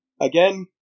Again